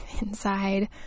inside